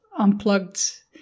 unplugged